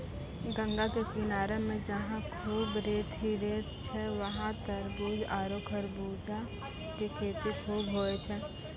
गंगा के किनारा मॅ जहां खूब रेत हीं रेत छै वहाँ तारबूज आरो खरबूजा के खेती खूब होय छै